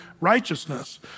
righteousness